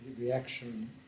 reaction